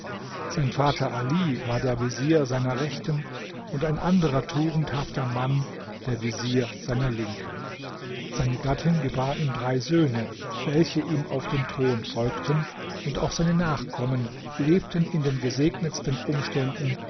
sein vater ali war der vezier seiner rechten und ein anderer tugendhafter mann der vezier seiner linken seine gattin gebar ihm drei söhne welche ihm auf den thron folgten und auch seine nachkommen lebten in den gesegnetsten umständen